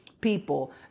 people